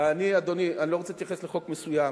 אני לא רוצה להתייחס לחוק מסוים,